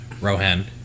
Rohan